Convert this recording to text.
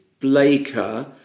Blaker